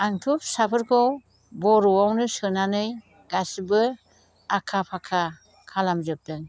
आंथ' फिसाफोरखौ बर'आवनो सोनानै गासिबो आखा फाखा खालामजोबदों